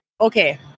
Okay